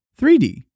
3D